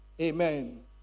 Amen